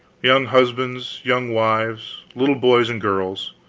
young husbands, young wives, little boys and girls,